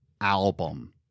album